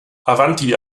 avanti